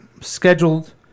scheduled